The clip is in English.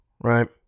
Right